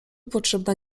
potrzebna